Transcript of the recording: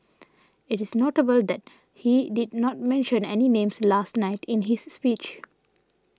it is notable that he did not mention any names last night in his speech